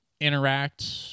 interact